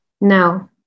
No